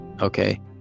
okay